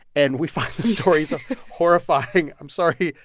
and we find the stories horrifying i'm sorry,